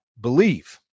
believe